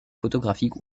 photographique